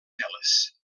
teles